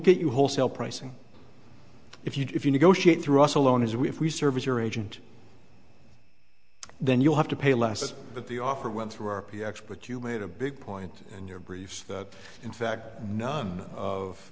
get you wholesale pricing if you if you negotiate through us alone as we if we service your agent then you'll have to pay less but the offer went through our p ex but you made a big point in your briefs that in fact none of